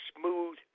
smooth